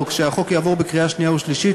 או כשהחוק יעבור בקריאה שנייה ושלישית,